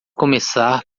começar